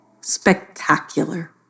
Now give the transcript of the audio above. spectacular